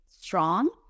strong